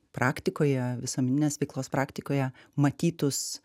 praktikoje visuomeninės veiklos praktikoje matytus